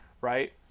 right